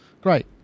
great